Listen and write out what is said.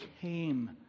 came